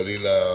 חלילה,